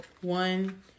One